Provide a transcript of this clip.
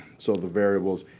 so the variables,